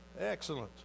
Excellent